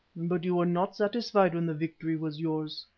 but you were not satisfied when the victory was yours,